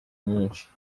nyinshi